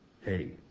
Hey